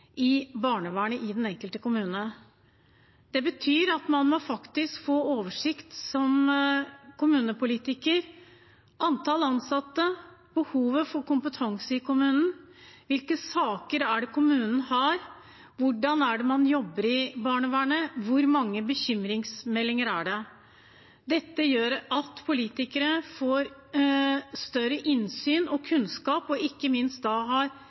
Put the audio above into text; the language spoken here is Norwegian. barnevernet i den enkelte kommune. Det betyr at man som kommunepolitiker faktisk må få oversikt over antall ansatte, behovet for kompetanse i kommunen, hvilke saker kommunen har, hvordan man jobber i barnevernet, og hvor mange bekymringsmeldinger det er. Dette gjør at politikere får større innsyn og kunnskap, og at de ikke minst har